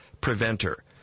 Preventer